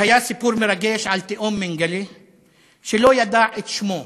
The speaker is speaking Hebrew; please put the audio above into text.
זה היה סיפור מרגש על תאום מנגלה שלא ידע את שמו,